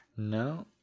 No